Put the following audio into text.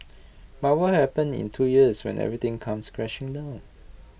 but what will happen in two years when everything comes crashing down